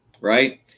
right